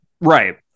Right